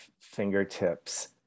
fingertips